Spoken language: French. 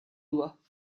doigt